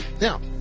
Now